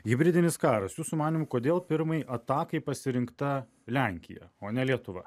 hibridinis karas jūsų manymu kodėl pirmai atakai pasirinkta lenkija o ne lietuva